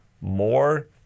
more